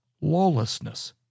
lawlessness